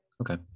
Okay